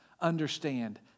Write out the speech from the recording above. understand